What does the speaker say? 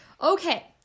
okay